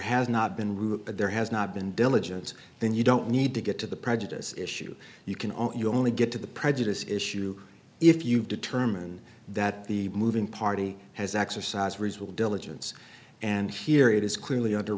has not been room but there has not been diligence then you don't need to get to the prejudice issue you can only get to the prejudice issue if you determine that the moving party has exercise reasonable diligence and here it is clearly under